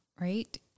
Right